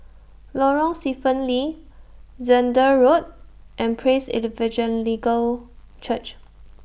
Lorong Stephen Lee Zehnder Road and Praise Evangelical Church